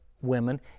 women